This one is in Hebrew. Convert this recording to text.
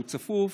שהוא צפוף,